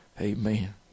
Amen